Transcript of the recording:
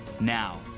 Now